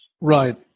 Right